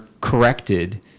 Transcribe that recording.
corrected